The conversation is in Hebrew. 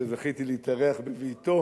שזכיתי להתארח בביתו